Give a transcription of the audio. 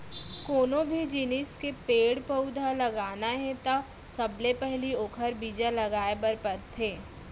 कोनो भी जिनिस के पेड़ पउधा लगाना हे त सबले पहिली ओखर बीजा लगाए बर परथे